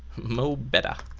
mo better,